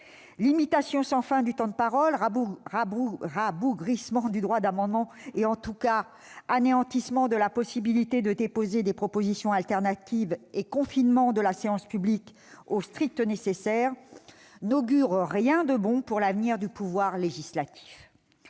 Limitation sans fin du temps de parole, rabougrissement du droit d'amendement, anéantissement de la possibilité de déposer des propositions alternatives et confinement de la séance publique au strict nécessaire : tout cela n'augure rien de bon pour l'avenir du pouvoir législatif.